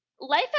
Life